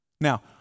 Now